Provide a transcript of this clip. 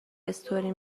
استوری